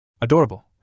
Adorable